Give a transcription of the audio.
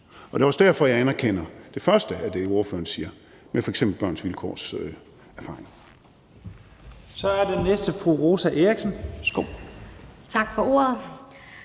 Det er også derfor, jeg anerkender det første af det, ordføreren siger, med f.eks. Børns Vilkårs erfaringer.